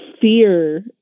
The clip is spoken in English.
fear